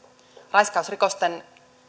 raiskausrikosten